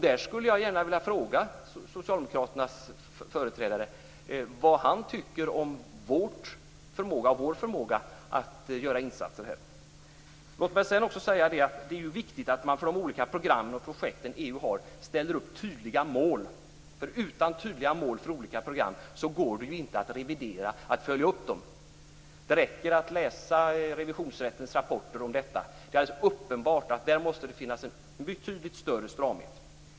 Där skulle jag gärna vilja fråga socialdemokraternas företrädare vad han tycker om vår förmåga att göra insatser. Låt mig sedan också säga att det är viktigt att man ställer upp tydliga mål för de olika program och projekt EU har. Utan tydliga mål för olika program går det inte att revidera och följa upp dem. Det räcker att läsa revisionsrättens rapporter om detta. Det är alldeles uppenbart att det måste finnas en betydligt större stramhet.